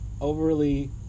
overly